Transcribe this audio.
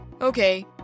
Okay